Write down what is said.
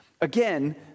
Again